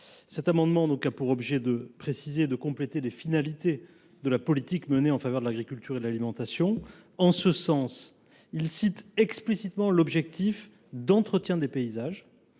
Cet amendement a pour objet de préciser et compléter les finalités de la politique menée en faveur de l’agriculture et de l’alimentation. À cette fin, il vise à citer explicitement l’objectif « d’entretien des paysages